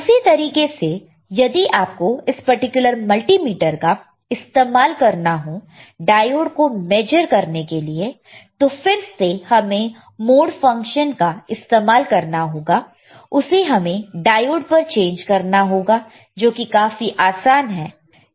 उसी तरीके से यदि आपको इस पर्टिकुलर मल्टीमीटर का इस्तेमाल करना हो डायोड को मेजर करने के लिए तो फिर से हमें मोड फंक्शन का इस्तेमाल करना होगा उसे हमें डायोड पर चेंज करना होगा जो कि काफी आसान है